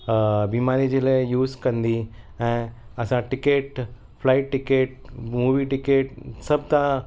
बीमारीअ जे लाइ यूज़ कंदी ऐं असां ticket flight ticket movie ticket सभु तव्हां